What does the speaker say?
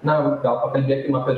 na gal pakalbėkim apie